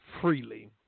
freely